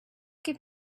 give